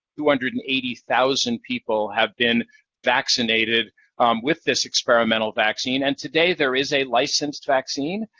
two hundred and eighty thousand people have been vaccinated with this experimental vaccine, and today, there is a licensed vaccine,